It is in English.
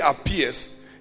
appears